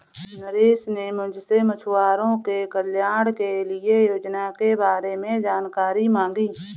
नरेश ने मुझसे मछुआरों के कल्याण के लिए योजना के बारे में जानकारी मांगी